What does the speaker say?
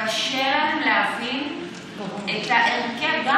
קשה להם להבין את ההרכב.